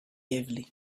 heavily